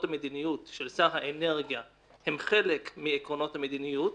המדיניות של שר האנרגיה הם חלק מעקרונות המדיניות.